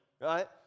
right